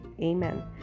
amen